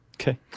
Okay